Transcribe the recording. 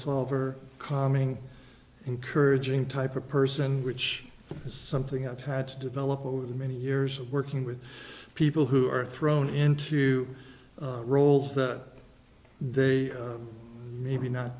solver calming encouraging type of person which is something i've had to develop over the many years of working with people who are thrown into roles that they maybe not